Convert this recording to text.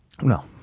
No